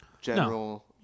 general